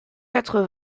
quatre